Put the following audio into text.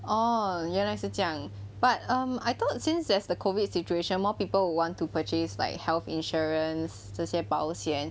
哦原来是这样 but um I thought since there's the COVID situation more people will want to purchase like health insurance 这些保险